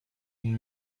une